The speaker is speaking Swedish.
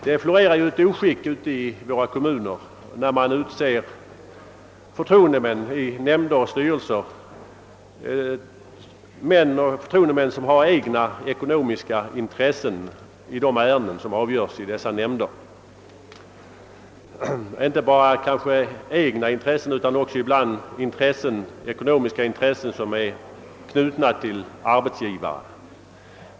Det florerar ett oskick ute i våra kommuner, när man utser förtroendemän i nämnder och styrelser, i det att man utser förtroendemän som har egna ekonomiska intressen i de ärenden som avgörs i dessa nämnder — kanske inte bara egna intressen utan ibland också ekonomiska intressen som är knutna till deras arbetsgivare.